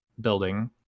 building